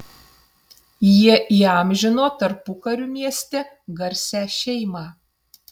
jie įamžino tarpukariu mieste garsią šeimą